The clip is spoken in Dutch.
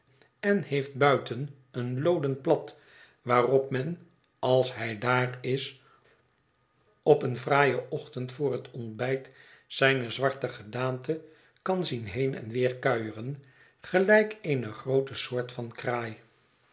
en heeft buiten een looden plat waarop men als hij daar is op een fraai en ochtend voor het ontbijt zijne zwarte gedaante kan zien heen en weer kuieren gelijk eene groote soort van kraai